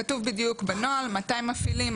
כתוב בדיוק בנוהל מתי מפעילים,